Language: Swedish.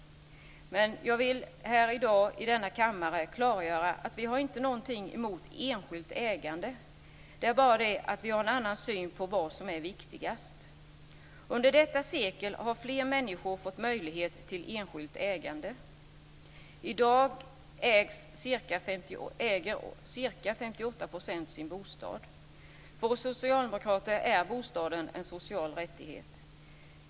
Men jag vill i dag i denna kammare klargöra att vi inte har någonting emot ett enskilt ägande. Det är bara det att vi har en annan syn på vad som är viktigast. Under detta sekel har fler människor fått möjlighet till enskilt ägande. I dag äger ca 58 % För oss socialdemokrater är bostaden en social rättighet.